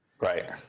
Right